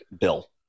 Bill